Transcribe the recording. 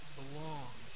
belong